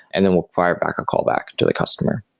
and then we'll fire back or call back to the customer.